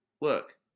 Look